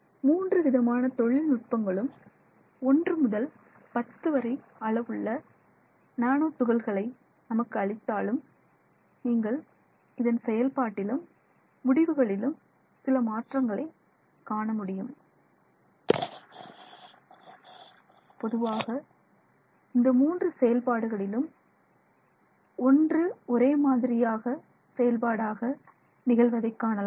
மூன்றுவிதமான தொழில்நுட்பங்களும் ஒன்று முதல் 10 வரை அளவுள்ள நானோ துகள்களை நமக்கு அளித்தாலும் நீங்கள் இதன் செயல்பாட்டிலும் முடிவுகளிலும் சில மாற்றங்களை காணமுடியும் பொதுவாக இந்த மூன்று செயல்பாடுகளிலும் ஒன்று ஒரே மாதிரியான செயல்பாடாக நிகழ்வதை காணலாம்